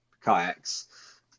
kayaks